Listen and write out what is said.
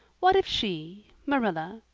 what if she, marilla,